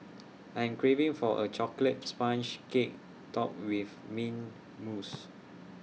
I am craving for A Chocolate Sponge Cake Topped with Mint Mousse